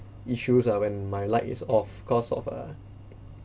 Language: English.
issues ah when my light is off course of uh